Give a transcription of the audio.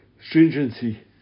stringency